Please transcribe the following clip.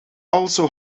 also